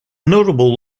notable